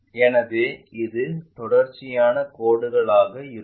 எனவே இது தொடர்ச்சியான கோடுகளாக இருக்கும்